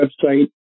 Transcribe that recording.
website